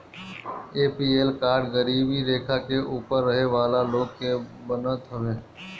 APL card गरीबी रेखा के ऊपर रहे वाला लोग के बनत हवे